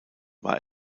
war